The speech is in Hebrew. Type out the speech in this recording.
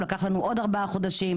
לקח לנו עוד ארבעה חודשים.